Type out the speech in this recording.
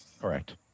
Correct